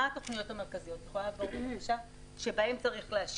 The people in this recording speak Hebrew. מה התוכניות המרכזיות שבהן צריך להשקיע?